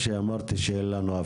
כפי ששמענו,